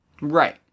Right